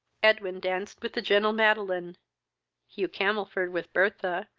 edwin danced with the gentle madeline hugh camelford with bertha,